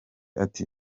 ati